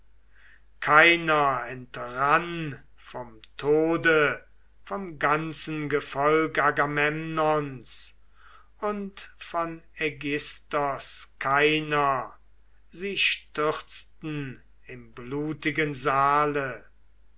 keiner entrann dem tode vom ganzen gefolg agamemnons und von aigisthos keiner sie stürzten im blutigen saale